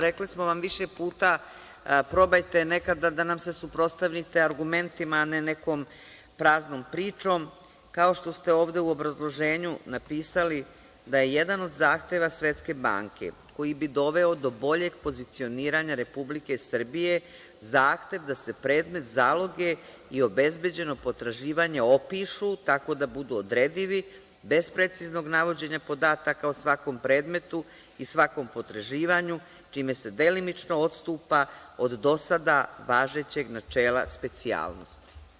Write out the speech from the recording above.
Rekli smo vam više puta, probajte nekada da nam se suprostavite argumentima, a ne nekom praznom pričom, kao što ste ovde u obrazloženju napisali da je jedan od zahteva Svetske banke koji bi doveo do boljeg pozicioniranja Republike Srbije, zahtev da se predmet zaloge i obezbeđeno potraživanje opišu tako da budu odredivi, bez preciznog navođenja podataka o svakom predmetu i svakom potraživanju, čime se delimično odstupa od do sada važećeg načela specijalnosti.